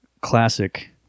classic